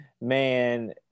man